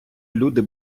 люди